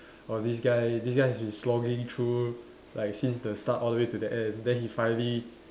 oh this guy this guy has been slogging through like since the start all the way to the end then he finally